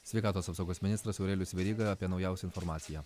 sveikatos apsaugos ministras aurelijus veryga apie naujausią informaciją